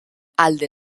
alde